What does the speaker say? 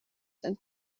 and